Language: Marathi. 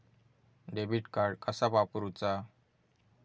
डेबिट कार्ड कसा वापरुचा?